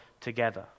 together